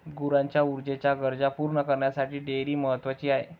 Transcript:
गुरांच्या ऊर्जेच्या गरजा पूर्ण करण्यासाठी डेअरी महत्वाची आहे